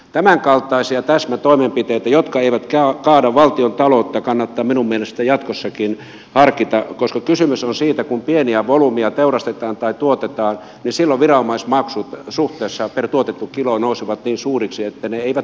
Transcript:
tämänkaltaisia täsmätoimenpiteitä jotka eivät kaada valtiontaloutta kannattaa minun mielestäni jatkossakin harkita koska kysymys on siitä kun pieniä volyymejä teurastetaan tai tuotetaan että silloin viranomaismaksut suhteessa per tuotettu kilo nousevat niin suuriksi että ne eivät pääse markkinoille